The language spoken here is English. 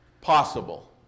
possible